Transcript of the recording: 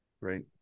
Right